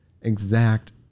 exact